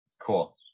cool